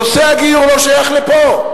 נושא הגיור לא שייך לפה,